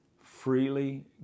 freely